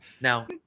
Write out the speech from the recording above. now